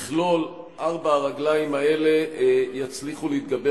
מכלול ארבע הרגליים האלה יצליח להתגבר